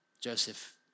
Joseph